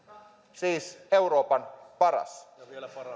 siis euroopan paras